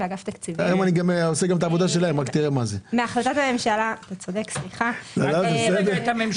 לבקשתכם אני מעדכן שההסברים לגבי כביש